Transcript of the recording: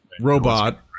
robot